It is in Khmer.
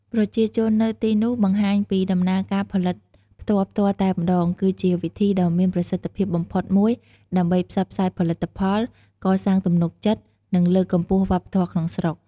ប្រជាជននៅទីនោះបង្ហាញពីដំណើរការផលិតផ្ទាល់ៗតែម្ដង គឺជាវិធីដ៏មានប្រសិទ្ធភាពបំផុតមួយដើម្បីផ្សព្វផ្សាយផលិតផល កសាងទំនុកចិត្ត និងលើកកម្ពស់វប្បធម៌ក្នុងស្រុក។